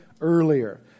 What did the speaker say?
earlier